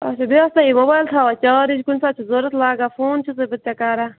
اَچھا بیٚیہِ آستے یہِ موبایِل تھاوان چارٕج کُنہِ ساتہٕ چھُ ضروٗرت لگان فون چھَسے بہٕ ژےٚ کَران